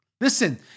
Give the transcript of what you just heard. Listen